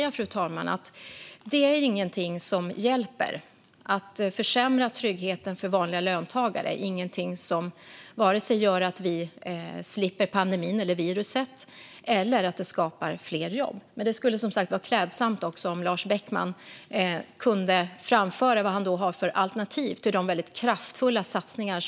Det är ingenting som hjälper, fru talman. Att försämra tryggheten för vanliga löntagare är ingenting som leder till att vi vare sig slipper pandemin eller viruset eller skapar fler jobb. Det skulle som sagt vara klädsamt om Lars Beckman kunde framföra vilka alternativ han har till regeringens kraftfulla satsningar.